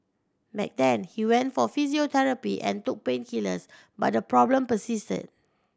back then he went for physiotherapy and took painkillers but the problem persisted